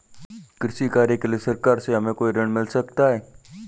कृषि कार्य के लिए सरकार से हमें कोई ऋण मिल सकता है?